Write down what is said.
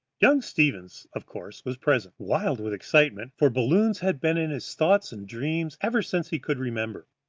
young stevens, of course, was present, wild with excitement, for balloons had been in his thoughts and dreams ever since he could remember.